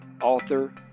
author